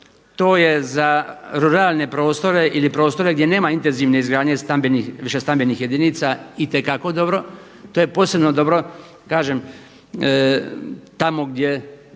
To je za ruralne prostore ili prostore gdje nema intenzivne izgradnje stambenih, višestambenih jedinica itekako dobro. To je posebno dobro, kažem tamo gdje